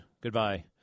Goodbye